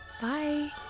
Bye